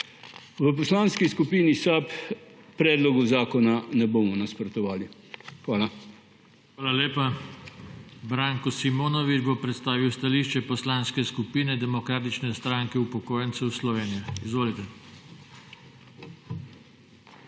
V Poslanski skupini SAB predlogu zakona ne bomo nasprotovali. Hvala. PODPREDSEDNIK JOŽE TANKO: Hvala lepa. Branko Simonovič bo predstavil stališče Poslanske skupine Demokratične stranke upokojencev Slovenije. Izvolite. BRANKO